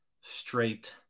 straight